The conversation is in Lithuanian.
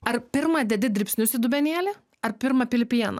ar pirma dedi dribsnius į dubenėlį ar pirma pili pieną